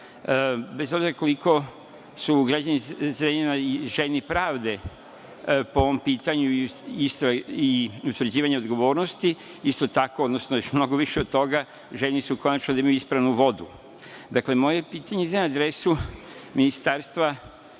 bez obzira koliko su građani Zrenjanina željni pravde po ovom pitanju i utvrđivanja odgovornosti, isto tako, odnosno još mnogo više od toga željni su konačno da imaju ispravnu vodu. Dakle, moje pitanje ide na adresu Ministarstva